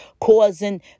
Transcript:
causing